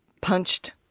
punched